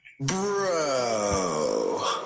bro